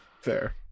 Fair